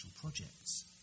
projects